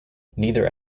neither